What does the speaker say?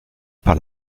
par